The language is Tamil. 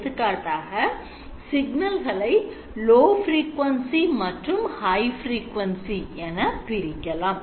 எடுத்துக்காட்டாக சிக்னல்களை low frequency மற்றும் high frequency என பிரிக்கலாம்